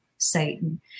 Satan